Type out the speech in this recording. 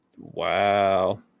Wow